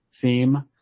theme